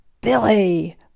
Billy